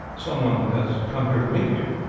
some one has come here to meet you?